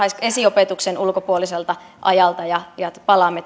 esiopetuksen ulkopuoliselta ajalta ja palaamme